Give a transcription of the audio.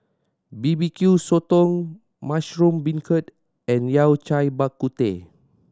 B B Q Sotong mushroom beancurd and Yao Cai Bak Kut Teh